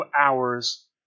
hours